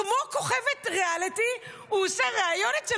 כמו כוכבת ריאליטי הוא עושה ריאיון אצל